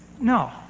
No